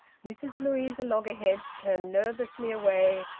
mrs louisa loggerheads turned nervously away,